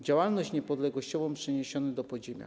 Działalność niepodległościową przeniesiono do podziemia.